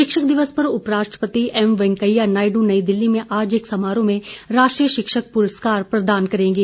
शिक्षक दिवस पर उपराष्ट्रपति एम वैंकया नायडू नई दिल्ली में आज एक समारोह में राष्ट्रीय शिक्षक पुरस्कार प्रदान करेंगे